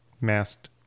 masked